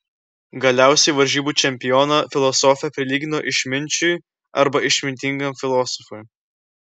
galiausiai varžybų čempioną filosofė prilygino išminčiui arba išmintingam filosofui